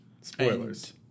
Spoilers